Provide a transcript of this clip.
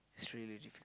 is really difficult